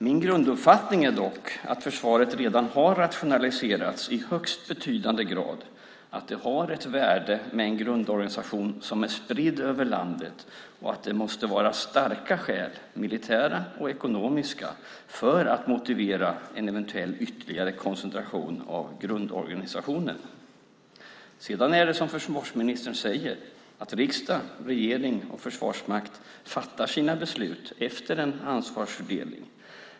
Min grunduppfattning är dock att försvaret redan har rationaliserats i högst betydande grad, att det har ett värde att ha en grundorganisation som är spridd över landet och att det måste finnas starka skäl - militära och ekonomiska - för att motivera en eventuell ytterligare koncentration av grundorganisationen. Dessutom är det som försvarsministern säger, att riksdag, regering och försvarsmakt fattar sina beslut efter en ansvarsfördelning.